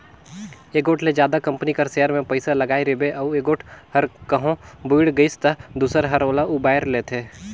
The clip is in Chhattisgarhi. एगोट ले जादा कंपनी कर सेयर में पइसा लगाय रिबे अउ एगोट हर कहों बुइड़ गइस ता दूसर हर ओला उबाएर लेथे